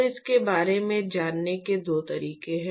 तो इसके बारे में जाने के दो तरीके हैं